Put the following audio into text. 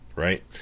right